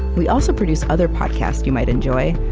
we also produce other podcasts you might enjoy,